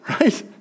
right